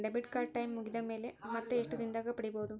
Debit card time ಮುಗಿದ ಮೇಲೆ ಮತ್ತೆ ಎಷ್ಟು ದಿನದಾಗ ಪಡೇಬೋದು?